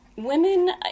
women